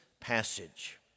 passage